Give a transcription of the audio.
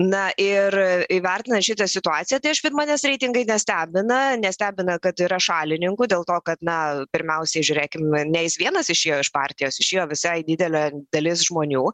na ir įvertinę šitą situaciją tai aš vat manęs reitingai nestebina nestebina kad yra šalininkų dėl to kad na pirmiausiai žiūrėkim ne jis vienas išėjo iš partijos išėjo visai didelė dalis žmonių